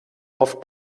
oft